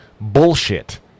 bullshit